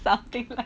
the arctic